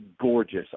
gorgeous